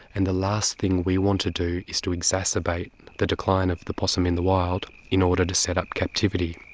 and the last thing we want to do is to exacerbate the decline of the possum in the wild in order to set up captivity.